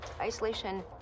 Isolation